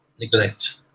neglect